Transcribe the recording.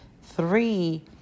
Three